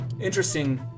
interesting